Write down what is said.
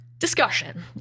Discussion